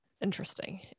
interesting